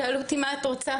שאלו אותי, מה את רוצה?